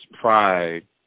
pride